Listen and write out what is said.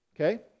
Okay